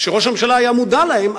שראש הממשלה היה מודע להם,